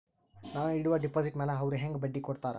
ನಾ ಇಡುವ ಡೆಪಾಜಿಟ್ ಮ್ಯಾಲ ಅವ್ರು ಹೆಂಗ ಬಡ್ಡಿ ಕೊಡುತ್ತಾರ?